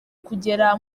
kugera